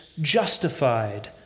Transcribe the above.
justified